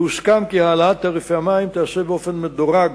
והוסכם כי העלאת תעריפי המים תיעשה באופן מדורג,